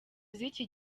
z’iki